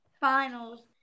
finals